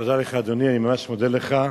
תודה לך, אדוני, אני ממש מודה לך.